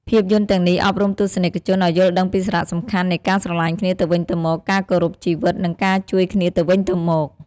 ភាពយន្តទាំងនេះអប់រំទស្សនិកជនឱ្យយល់ដឹងពីសារៈសំខាន់នៃការស្រឡាញ់គ្នាទៅវិញទៅមក ការគោរពជីវិត និងការជួយគ្នាទៅវិញទៅមក។